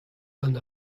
gant